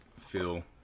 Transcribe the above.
feel